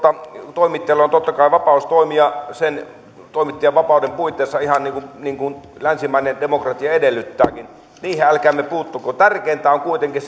toimittajalla on totta kai vapaus toimia sen toimittajan vapauden puitteissa ihan niin kuin niin kuin länsimainen demokratia edellyttääkin niihin älkäämme puuttuko tärkeintä on kuitenkin